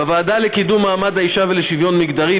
בוועדה לקידום מעמד האישה ולשוויון מגדרי,